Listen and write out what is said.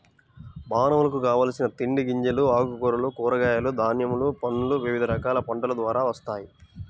మానవులకు కావలసిన తిండి గింజలు, ఆకుకూరలు, కూరగాయలు, ధాన్యములు, పండ్లు వివిధ రకాల పంటల ద్వారా వస్తాయి